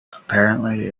apparently